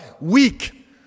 weak